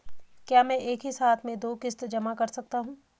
क्या मैं एक ही साथ में दो किश्त जमा कर सकता हूँ?